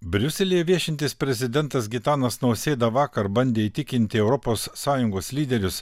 briuselyje viešintis prezidentas gitanas nausėda vakar bandė įtikinti europos sąjungos lyderius